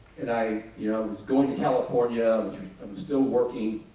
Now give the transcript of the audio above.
and i you know was going to california. um i was still working.